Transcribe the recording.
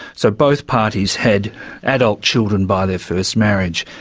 so both parties had adult children by their first marriage.